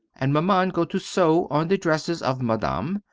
and maman go to sew on the dresses of madame.